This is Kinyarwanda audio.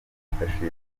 kwifashishwa